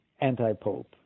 anti-pope